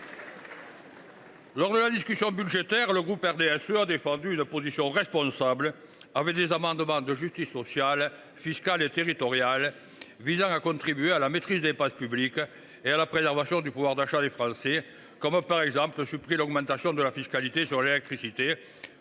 Lors de la discussion budgétaire, le groupe RDSE a défendu une position responsable, avec des amendements de justice sociale, fiscale et territoriale visant à contribuer à la maîtrise des dépenses publiques et à la préservation du pouvoir d’achat des Français,, par exemple, la suppression de l’augmentation de la fiscalité sur l’électricité,